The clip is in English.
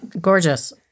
Gorgeous